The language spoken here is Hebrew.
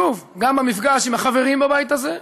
שוב, גם במפגש עם החברים בבית הזה,